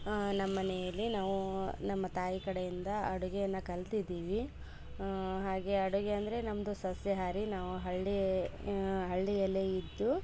ನಮ್ಮನೆಯಲ್ಲಿ ನಾವು ತಾಯಿ ಕಡೆಯಿಂದ ಅಡುಗೆಯನ್ನ ಕಲ್ತಿದ್ದೀವಿ ಹಾಗೆ ಅಡುಗೆ ಅಂದರೆ ನಮ್ಮದು ಸಸ್ಯಹಾರಿ ನಾವು ಹಳ್ಳಿ ಹಳ್ಳಿಯಲ್ಲೇ ಇದ್ದು